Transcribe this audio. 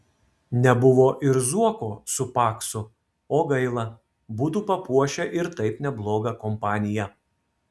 nebuvo ir zuoko su paksu o gaila būtų papuošę ir taip neblogą kompaniją